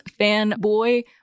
fanboy